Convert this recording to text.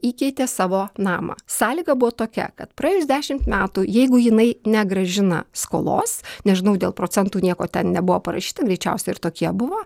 įkeitė savo namą sąlyga buvo tokia kad praėjus dešimt metų jeigu jinai negrąžina skolos nežinau dėl procentų nieko ten nebuvo parašyta greičiausiai ir tokie buvo